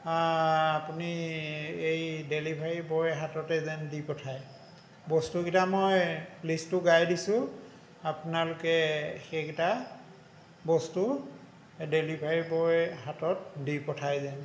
আপুনি এই ডেলিভাৰী বয়ৰ হাততে যেন দি পঠায় বস্তুকেইটা মই লিষ্টটো গাই দিছোঁ আপোনালোকে সেইকেইটা বস্তু ডেলিভাৰী বয়ৰ হাতত দি পঠায় যেন